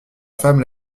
femme